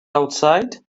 outside